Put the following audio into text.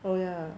oh yeah